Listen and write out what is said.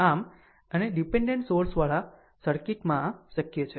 આમ અને ડીપેનડેન્ટ સોર્સવાળા સર્કિટમાં આ શક્ય છે